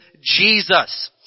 Jesus